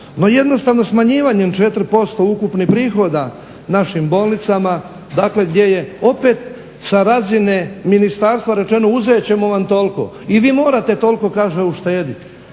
jednostavno smanjivanjem 4% ukupnih prihoda našim bolnicama dakle gdje je opet sa razine ministarstva rečeno uzet ćemo vam toliko i vi morate toliko kažete uštediti.